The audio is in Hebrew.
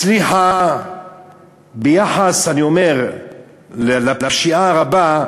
הצליחה ביחס לפשיעה הרבה,